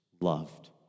loved